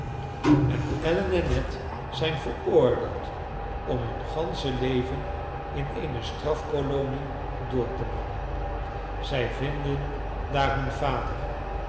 en allen en ned zijn veroordeeld om hun gansche leven in eene strafkolonie door te brengen zij vinden daar hun vader